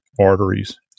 arteries